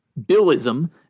billism